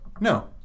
No